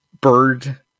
bird